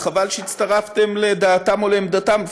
וחבל שהצטרפתם לדעתם או לעמדתם,